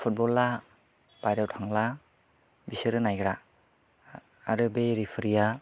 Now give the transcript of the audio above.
फुटबला बायह्रायाव थांबा बिसोरो नायग्रा आरो बे रेफारिया